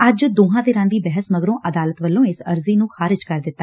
ਅੱਜ ਦੋਹਾਂ ਧਿਰਾਂ ਦੀ ਬਹਿਸ ਮਗਰੋਂ ਅਦਾਲਤ ਵੱਲੋਂ ਇਸ ਅਰਜ਼ੀ ਨੂੰ ਖਾਰਿਜ਼ ਕਰ ਦਿੱਤਾ